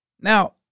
Now